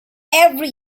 every